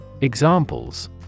Examples